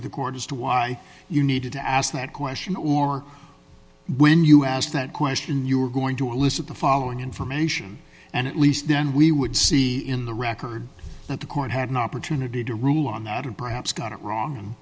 to the court as to why you needed to ask that question or when you asked that question you were going to elicit the following information and at least then we would see in the record that the court had an opportunity to rule on that and perhaps got it wrong